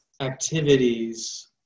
activities